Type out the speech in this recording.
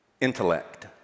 Intellect